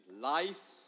Life